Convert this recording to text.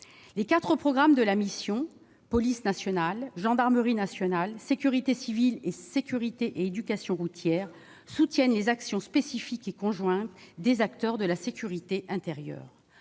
Les quatre programmes de la mission- « Police nationale »,« Gendarmerie nationale »,« Sécurité civile » et « Sécurité et éducation routières » -soutiennent les actions spécifiques et conjointes des acteurs de la sécurité intérieure.